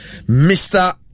Mr